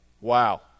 Wow